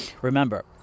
Remember